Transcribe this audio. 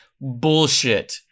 Bullshit